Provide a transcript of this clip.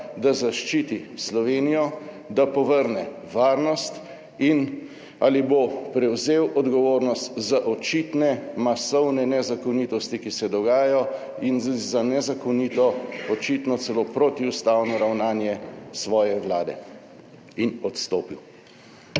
da zaščiti Slovenijo, da povrne varnost? Ali boste prevzeli odgovornost za očitne, masovne nezakonitosti, ki se dogajajo, in za nezakonito, očitno celo protiustavno ravnanje svoje vlade in odstopili?